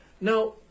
Now